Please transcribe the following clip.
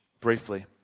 briefly